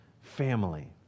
family